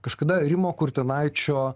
kažkada rimo kurtinaičio